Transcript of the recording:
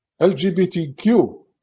lgbtq